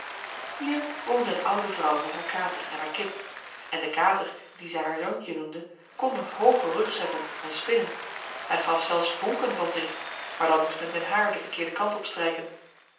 hier woonde een oude vrouw met haar kater en haar kip en de kater dien zij haar zoontje noemde kon een hoogen rug zetten en spinnen hij gaf zelfs vonken van zich maar dan moest men zijn haar den verkeerden kant opstrijken